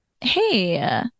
Hey